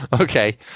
Okay